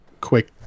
quick